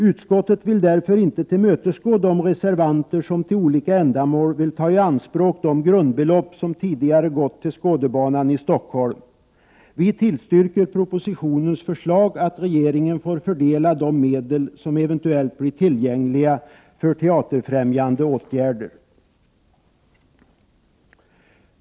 Utskottet vill därför inte tillmötesgå de reservanter som till olika ändamål vill tai anspråk de grundbelopp som tidigare gått till Skådebanan i Stockholm. Vi Prot. 1988/89:86 tillstyrker förslaget i propositionen att regeringen får fördela de medel som 22 mars 1989 eventuellt blir tillgängliga för teaterfrämjande åtgärder.